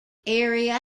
area